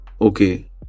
Okay